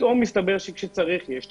פתאום מסתבר שכשצריך יש תקציבים,